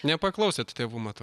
nepaklausėt tėvų matau